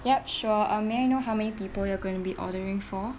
yup sure uh may I know how many people you are going to be ordering for